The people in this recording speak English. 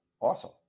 Awesome